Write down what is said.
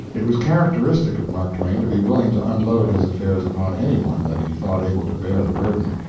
it was characteristic of mark twain to be willing to unload his affairs upon any one that he thought able to bear the burden.